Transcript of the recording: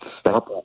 stop